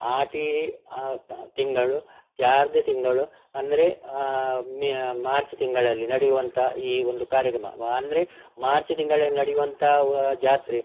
ಆಟಿ ತಿಂಗಳು ಜಾರ್ದೆ ತಿಂಗಳು ಅಂದರೆ ಮೇ ಮಾರ್ಚ್ ತಿಂಗಳಲ್ಲಿ ನಡೆಯುವಂತಹ ಈ ಒಂದು ಕಾರ್ಯಕ್ರಮ ಅಂದರೆ ಮಾರ್ಚ್ ತಿಂಗಳಲ್ಲಿ ನಡೆಯುವಂತ ಜಾತ್ರೆ